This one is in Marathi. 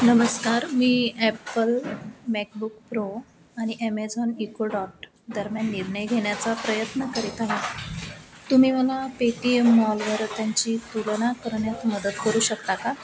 नमस्कार मी ॲपल मॅकबुक प्रो आणि ॲमेझॉन इको डॉट दरम्यान निर्णय घेण्याचा प्रयत्न करीत आहे तुम्ही मला पेटीएम मॉलवर त्यांची तुलना करण्यात मदत करू शकता का